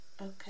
okay